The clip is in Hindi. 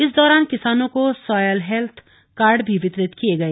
इस दौरान किसानों को सॉयल हेत्थ कार्ड भी वितरित किये गए